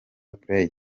play